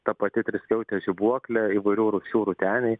ta pati triskiautė žibuoklė įvairių rūšių rūteniai